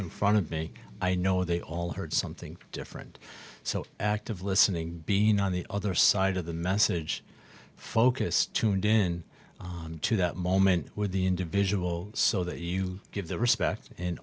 in front of me i know they all heard something different so active listening being on the other side of the message focused tuned in to that moment with the individual so that you give the respect and